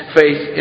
faith